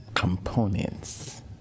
components